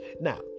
Now